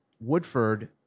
Woodford